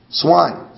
swine